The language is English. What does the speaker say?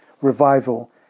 revival